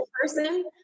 person